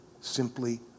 simply